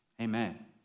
amen